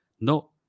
No